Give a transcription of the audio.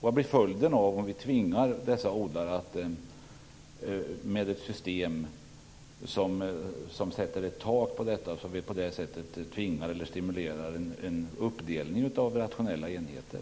Vad blir följden för dessa odlare med ett system som sätter ett tak för stöden så att vi på det sättet tvingar eller stimulerar en uppdelning av rationella enheter?